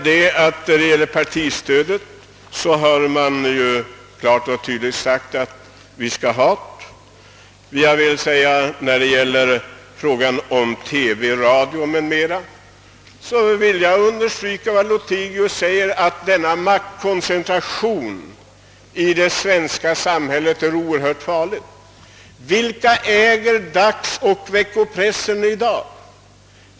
Beträffande partistödet har det ju klart och tydligt sagts ifrån att vi skall ha ett sådant. När det gäller frågan om TV, radio, press, industri m.m. vill jag understryka vad herr Lothigius har sagt, nämligen att en maktkoncentration på detta område i det svenska samhället är oerhört farlig. Vilka äger dagsoch veckopressen i dag?